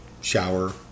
shower